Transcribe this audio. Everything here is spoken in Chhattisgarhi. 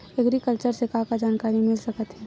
एग्रीकल्चर से का का जानकारी मिल सकत हे?